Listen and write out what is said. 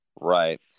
Right